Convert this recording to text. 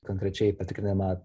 konkrečiai patikrinamą